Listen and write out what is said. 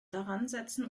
daransetzen